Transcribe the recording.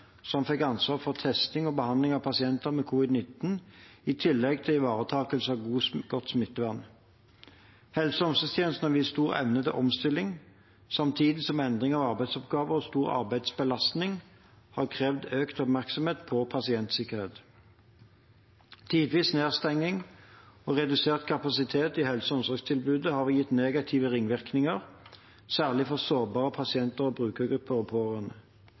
som fikk ansvar for testing og behandling av pasienter med covid-19, i tillegg til ivaretakelse av godt smittevern. Helse- og omsorgstjenesten har vist stor evne til omstilling samtidig som endring av arbeidsoppgaver og stor arbeidsbelastning har krevd økt oppmerksomhet på pasientsikkerhet. Tidvis nedstenging og redusert kapasitet i helse- og omsorgstilbudet har gitt negative ringvirkninger, særlig for sårbare pasienter og brukergrupper. Brukere med sammensatte behov er ekstra utsatt. Pandemien har hatt konsekvenser for kvalitet og